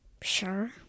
Sure